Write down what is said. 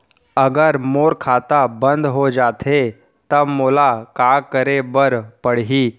अगर मोर खाता बन्द हो जाथे त मोला का करे बार पड़हि?